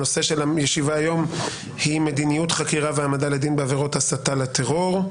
נושא הישיבה: מדיניות חקירה והעמדה לדין בעבירות הסתה לטרור.